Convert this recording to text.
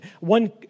One